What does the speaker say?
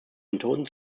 methoden